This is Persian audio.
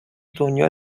دنیا